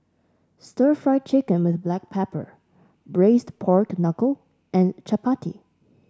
Stir Fried Chicken with Black Pepper Braised Pork Knuckle and Chappati